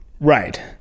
Right